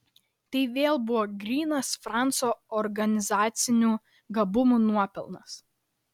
tai vėl buvo grynas franco organizacinių gabumų nuopelnas